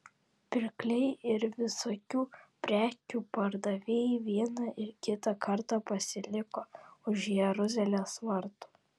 pirkliai ir visokių prekių pardavėjai vieną ir kitą kartą pasiliko už jeruzalės vartų